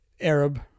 Arab